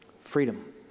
Freedom